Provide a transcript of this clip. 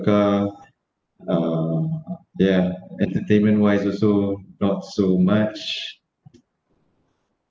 car uh ya entertainment-wise also not so much